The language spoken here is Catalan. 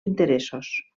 interessos